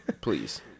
Please